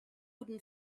wooden